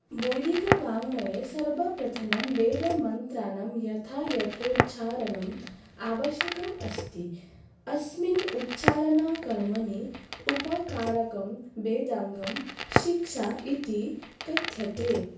बौधिकवाङ्ग्मये सर्वप्रथमं वेदमन्त्राणां यथा यथोच्चारणम् आवश्यकम् अस्ति अस्मिन् उच्चारणकर्मणि उपकारकं वेदाङ्गं शिक्षा इति कथ्यते